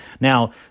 Now